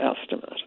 estimate